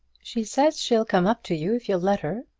she says she'll come up to you if you'll let her,